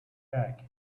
attack